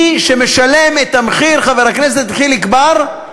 מי שמשלם את המחיר, חבר הכנסת חיליק בר,